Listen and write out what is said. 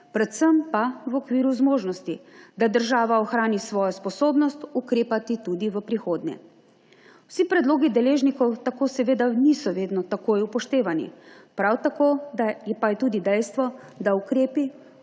predvsem pa v okviru zmožnosti, da država ohrani svojo sposobnost ukrepati tudi v prihodnje. Vsi predlogi deležnikov tako niso vedno takoj upoštevani, prav tako pa je tudi dejstvo, da ukrepov